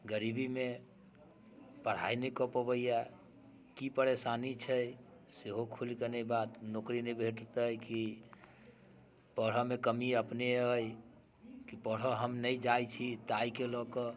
गरीबी मे पढ़ाइ नहि कऽ पबैए की परेशानी छै सेहो खुलि कऽ नहि बात नौकरी नहि भेटतै की पढ़यमे कमी अपने अइ की पढ़य हम नहि जाइत छी ताहिके लऽ के